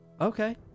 okay